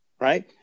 right